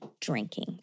drinking